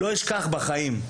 לא אשכח בחיים,